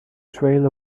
trail